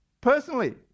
personally